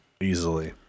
Easily